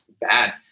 bad